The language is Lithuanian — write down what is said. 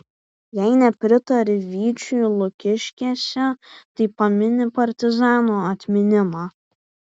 jei nepritari vyčiui lukiškėse tai pamini partizanų atminimą